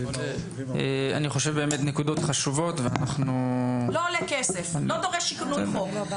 לא עולה כסף ולא דורש שינוי חוק.